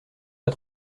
pas